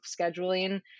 scheduling